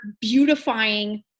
beautifying